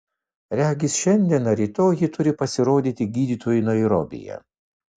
regis šiandien ar rytoj ji turi pasirodyti gydytojui nairobyje